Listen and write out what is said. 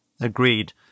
Agreed